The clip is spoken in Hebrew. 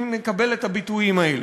אם נקבל את הביטויים האלה.